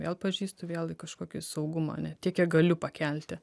vėl pažįstu vėl į kažkokį saugumą tiek kiek galiu pakelti